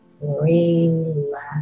Relax